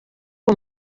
uwo